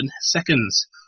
seconds